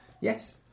Yes